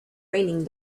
raining